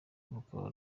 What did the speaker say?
rukaba